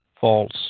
false